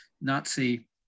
Nazi